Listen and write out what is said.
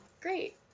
Great